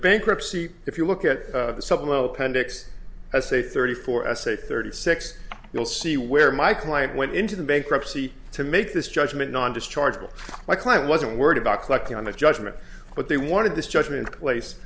bankruptcy if you look at the supplemental appendix as say thirty four s a thirty six you'll see where my client went into the bankruptcy to make this judgment not just charged my client wasn't worried about collecting on the judgment but they wanted this judgment place